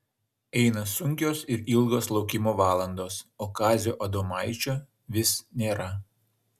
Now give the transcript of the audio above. eina sunkios ir ilgos laukimo valandos o kazio adomaičio vis nėra